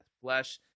flesh